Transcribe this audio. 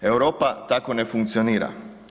Europa tako ne funkcionira.